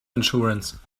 insurance